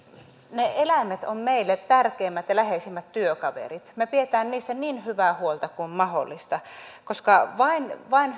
ne eläimet ovat meille tärkeimmät ja läheisimmät työkaverit me pidämme niistä niin hyvää huolta kuin mahdollista koska vain vain